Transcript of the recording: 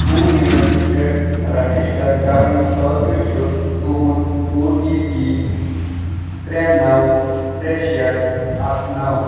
کو وِنَس پٮ۪ٹھ رجسٹر کرنہٕ خٲطرٕ چھُ تُہند او ٹی پی ترٛےٚ نو ترٛےٚ شیٚے اکھ نو